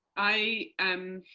i am,